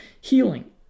healing